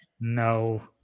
No